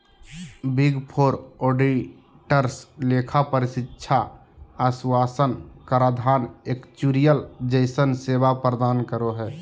big four auditors लेखा परीक्षा आश्वाशन कराधान एक्चुरिअल जइसन सेवा प्रदान करो हय